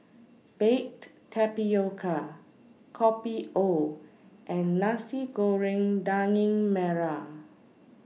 Baked Tapioca Kopi O and Nasi Goreng Daging Merah